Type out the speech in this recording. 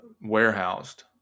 warehoused